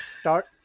start